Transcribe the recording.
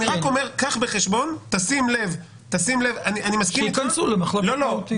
אני רק אומר שתשים לב --- שיכנסו למחלוקת מהותית.